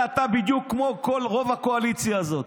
אתה בדיוק כמו רוב הקואליציה הזאת,